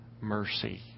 mercy